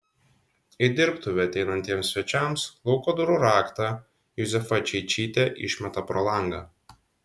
į dirbtuvę ateinantiems svečiams lauko durų raktą juzefa čeičytė išmeta pro langą